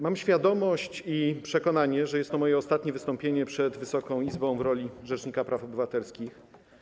Mam świadomość i przekonanie, że jest to moje ostatnie wystąpienie przed Wysoką Izbą w roli rzecznika praw obywatelskich.